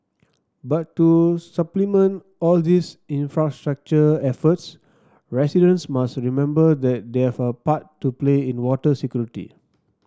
but to supplement all these infrastructure efforts residents must remember that they have a part to play in water security